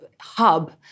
hub